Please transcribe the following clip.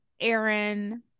Aaron